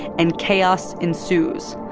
and chaos ensues.